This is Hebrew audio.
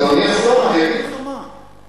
אדוני השר, אגיד לך מה,